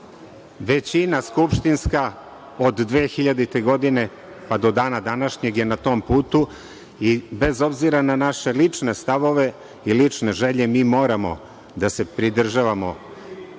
ali skupštinska većina od 2000. godine, pa do dana današnjeg je na tom putu i bez obzira na naše lične stavove i lične želje mi moramo da se pridržavamo